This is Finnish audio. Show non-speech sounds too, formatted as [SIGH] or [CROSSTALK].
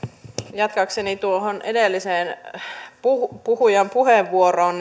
jatkaakseni edellisen puhujan puheenvuoroon [UNINTELLIGIBLE]